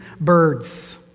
birds